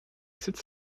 sept